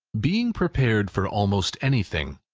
being prepared for almost anything,